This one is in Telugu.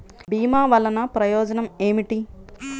భీమ వల్లన ప్రయోజనం ఏమిటి?